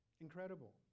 Incredible